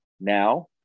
now